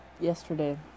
yesterday